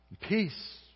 peace